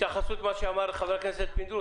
התייחסות למה שאמר חבר הכנסת פינדרוס?